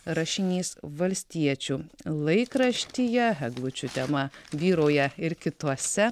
rašinys valstiečių laikraštyje eglučių tema vyrauja ir kituose